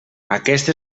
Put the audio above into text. aquest